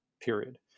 period